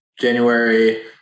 January